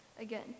Again